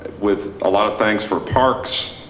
with a lot of thanks for parks.